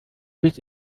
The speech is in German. bis